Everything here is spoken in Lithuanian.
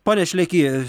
pone šleky